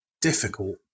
difficult